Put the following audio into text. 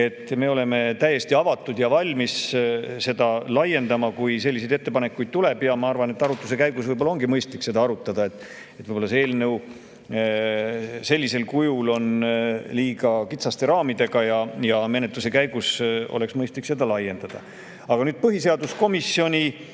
Me oleme täiesti avatud ja valmis seda laiendama, kui selliseid ettepanekuid tuleb. Ma arvan, et arutluse käigus ongi mõistlik seda arutada. Võib-olla see eelnõu sellisel kujul on liiga kitsaste raamidega ja menetluse käigus oleks mõistlik seda laiendada. Aga nüüd põhiseaduskomisjoni